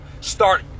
start